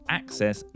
access